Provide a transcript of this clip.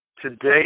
today